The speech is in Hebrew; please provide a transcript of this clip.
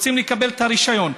רוצים לקבל את הרישיון.